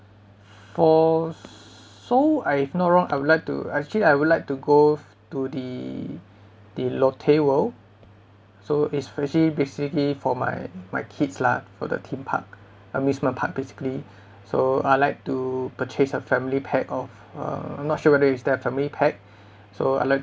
for seoul I if no wrong I would like to actually I would like to go to the the lotte world so it's actually basically for my my kids lah for the theme park amusement park basically so I'd like to purchase a family pack of um I'm not sure whether is there a family pack so I'd like